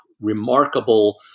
remarkable